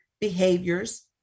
behaviors